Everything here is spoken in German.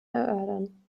erörtern